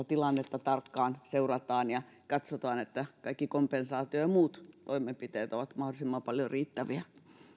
tilannetta tarkkaan seurataan ja katsotaan että kaikki kompensaatio ja muut toimenpiteet ovat mahdollisimman riittäviä